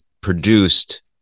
produced